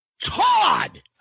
Todd